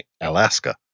alaska